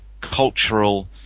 cultural